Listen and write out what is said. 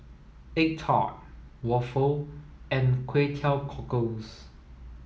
egg tart waffle and Kway Teow Cockles